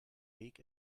weg